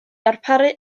darparu